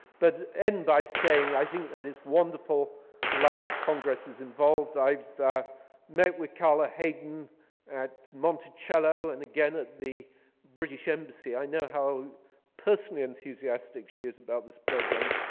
but i'll end by saying i think that is wonderful the library of congress is involved. i've met with carla hayden at monticello and again at the british embassy. i know how personally enthusiastic she is about this program.